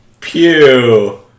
Pew